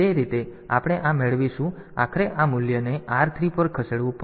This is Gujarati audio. તેથી તે રીતે આપણે આ મેળવીશું આખરે આ મૂલ્યને r 3 પર ખસેડવું પડશે